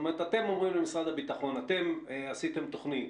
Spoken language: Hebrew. אתם אומרים למשרד הביטחון שאתם עשיתם תוכנית,